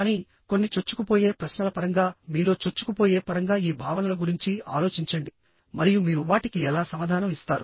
కానీ కొన్ని చొచ్చుకుపోయే ప్రశ్నల పరంగా మీలో చొచ్చుకుపోయే పరంగా ఈ భావనల గురించి ఆలోచించండి మరియు మీరు వాటికి ఎలా సమాధానం ఇస్తారు